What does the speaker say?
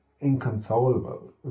inconsolable